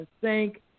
thank